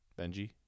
Benji